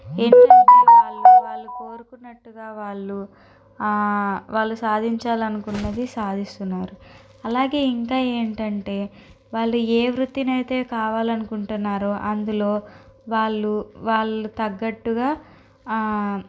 ఏంటంటే వాళ్ళు వాళ్ళు కోరుకున్నట్టుగా వాళ్ళు వాళ్ళు సాధించాలనుకున్నది సాధిస్తున్నారు అలాగే ఇంకా ఏంటంటే వాళ్ళు ఏ వృత్తినైతే కావాలనుకుంటున్నారో అందులో వాళ్ళు వాళ్ళ తగ్గట్టుగా